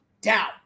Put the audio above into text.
down